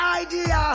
idea